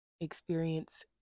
experience